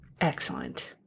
Excellent